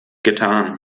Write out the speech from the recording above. getan